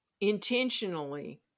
intentionally